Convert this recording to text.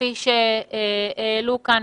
כפי שהעלו כאן,